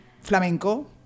flamenco